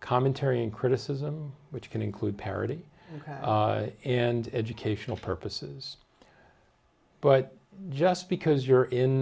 commentary and criticism which can include parody and educational purposes but just because you're in